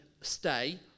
stay